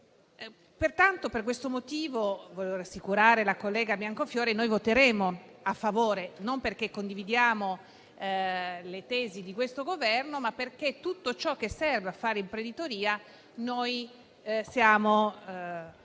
giovani. Per questo motivo, volendo rassicurare la collega Biancofiore, noi voteremo a favore, e non perché condividiamo le tesi di questo Governo, ma perché su tutto ciò che serve a fare imprenditoria noi votiamo a